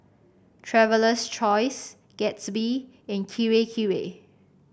Traveler's Choice Gatsby and Kirei Kirei